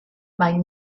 mae